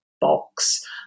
box